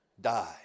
die